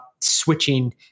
switching